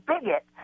bigot